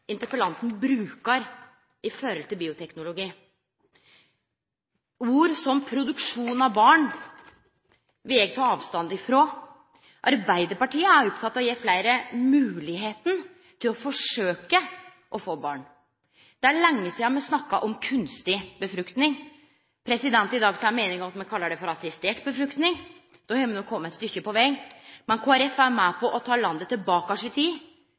brukar med omsyn til bioteknologi. Ord som «produksjon av barn» vil eg ta avstand frå. Arbeidarpartiet er oppteke av å gje fleire moglegheita til å forsøkje å få barn. Det er lenge sidan me snakka om kunstig befruktning. I dag er me einige om at me kallar det for assistert befruktning – då har me no kome eit stykke på veg. Men Kristeleg Folkeparti er med på å ta landet bakover i tid